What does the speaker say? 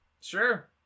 sure